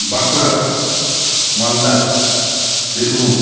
Bankura Malda Birbhum